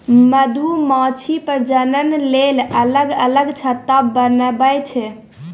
मधुमाछी प्रजनन लेल अलग अलग छत्ता बनबै छै